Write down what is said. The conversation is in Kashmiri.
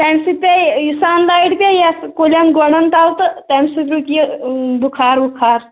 تمِہ سۭتۍ پیٛیہِ یہِ سَنلیِٹ پیٚیہِ یَتھ کُلیٚن گۄڑن تَل تہٕ تمِہ سۭتۍ روکہِ یہِ بُخار وُخار